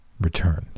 returned